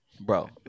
bro